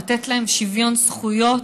לתת להם שוויון זכויות,